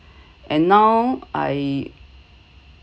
and now I